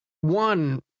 One